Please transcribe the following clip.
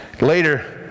Later